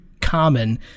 common